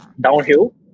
downhill